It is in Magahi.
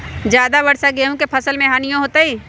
ज्यादा वर्षा गेंहू के फसल मे हानियों होतेई?